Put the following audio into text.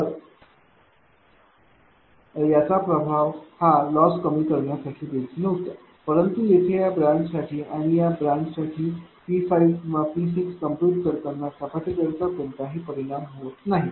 तर याचा प्रभाव हा लॉस कमी करण्यासाठी देखील होतो परंतु येथे या ब्रांचसाठी आणि या ब्रांचसाठी P5 किंवा P6 कम्प्युट करताना कॅपॅसिटर चा कोणताही परिणाम होत नाही